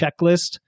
checklist